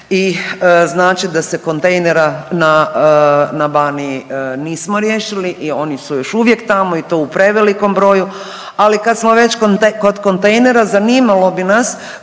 i znači da se kontejnera na Baniji nismo riješili. Oni su još uvijek tamo i to u prevelikom broju. Ali kad smo već kod kontejnera zanimalo bi nas